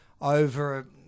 over